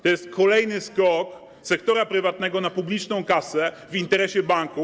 To jest kolejny skok sektora prywatnego na publiczną kasę w interesie banków.